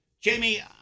Jamie